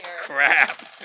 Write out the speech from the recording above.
Crap